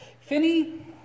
Finney